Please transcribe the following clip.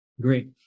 Great